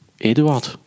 Eduard